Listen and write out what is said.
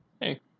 Hey